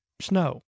snow